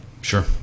Sure